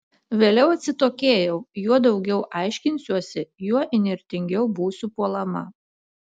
vėliau atsitokėjau juo daugiau aiškinsiuosi juo įnirtingiau būsiu puolama